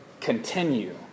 continue